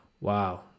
Wow